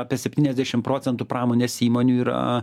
apie septyniasdešim procentų pramonės įmonių yra